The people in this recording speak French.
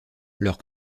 leur